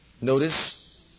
Notice